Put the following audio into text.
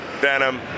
Venom